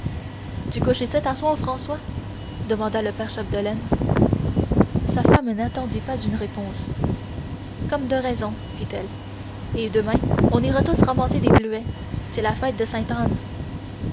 tu couches icitte à soir françois demanda le père chapdelaine sa femme n'attendit pas une réponse comme de raison fit-elle et demain on ira tous ramasser des bleuets c'est la fête de